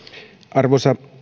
arvoisa